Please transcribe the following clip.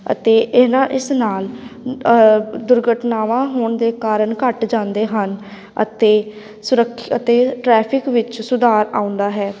ਅਤੇ ਇਹਨਾਂ ਇਸ ਨਾਲ ਦੁਰਘਟਨਾਵਾਂ ਹੋਣ ਦੇ ਕਾਰਨ ਘੱਟ ਜਾਂਦੇ ਹਨ ਅਤੇ ਸੁਰੱਖ ਅਤੇ ਟ੍ਰੈਫਿਕ ਵਿੱਚ ਸੁਧਾਰ ਆਉਂਦਾ ਹੈ